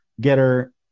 getter